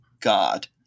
God